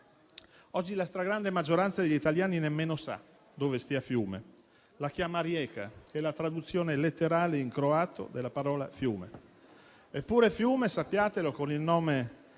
Oggi la stragrande maggioranza degli italiani nemmeno sa dove stia Fiume: la chiama Rijeka, traduzione letterale in croato della parola Fiume. Eppure Fiume, sappiatelo, con il nome